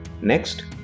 Next